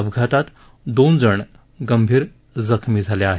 अपघातात दोन जण गंभीर जखमी झाले आहेत